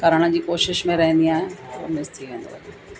करण जी कोशिशि में रहंदी आहियां ऐं मिस थी वेंदो आहे